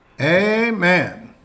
Amen